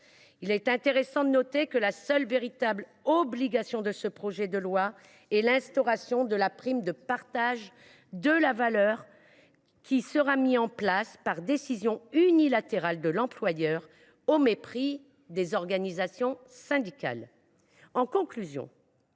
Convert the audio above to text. Il est intéressant de le noter, la seule véritable obligation de ce projet de loi est l’instauration de la prime de partage de la valeur qui sera mise en place par décision unilatérale de l’employeur, au mépris des organisations syndicales.